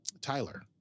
Tyler